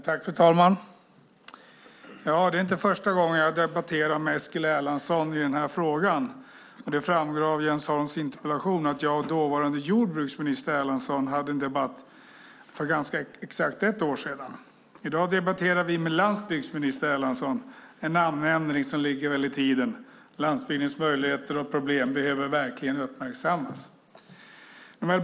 Fru talman! Detta är inte första gången jag debatterar med Eskil Erlandsson i den här frågan. Det framgår av Jens Holms interpellation att jag och dåvarande jordbruksminister Erlandsson hade en debatt för ganska exakt ett år sedan. I dag debatterar vi med landsbygds minister Erlandsson. Det är en namnändring som väl ligger i tiden - landsbygdens möjligheter och problem behöver verkligen uppmärksammas.